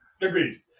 Agreed